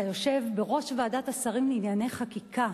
אתה יושב בראש ועדת השרים לענייני חקיקה,